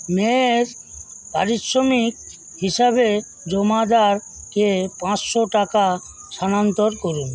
মের পারিশ্রমিক হিসাবে জমাদারকে পাঁচশো টাকা স্থানান্তর করুন